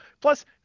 Plus